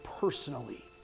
personally